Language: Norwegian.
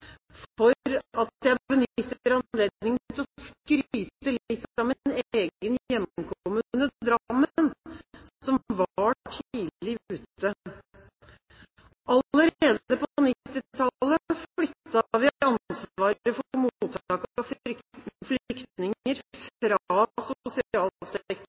at jeg benytter anledningen til å skryte litt av min egen hjemkommune, Drammen, som var tidlig ute. Allerede på 1990-tallet flyttet vi